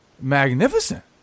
magnificent